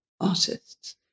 artists